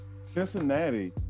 Cincinnati